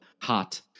hot